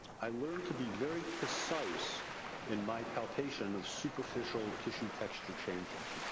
i learned to be very precise in my palpation of superficial tissue texture changes.